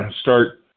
start